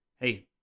hey